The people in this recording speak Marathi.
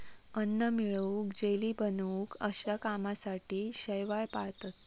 अन्न मिळवूक, जेली बनवूक अश्या कामासाठी शैवाल पाळतत